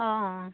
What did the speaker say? অঁ অঁ